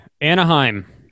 Anaheim